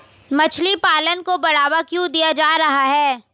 मछली पालन को बढ़ावा क्यों दिया जा रहा है?